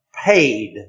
paid